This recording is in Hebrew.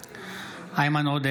איימן עודה,